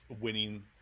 winning